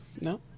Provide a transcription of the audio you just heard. No